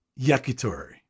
Yakitori